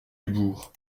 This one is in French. dubourg